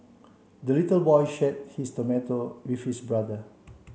the little boy shared his tomato with his brother